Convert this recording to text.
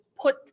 put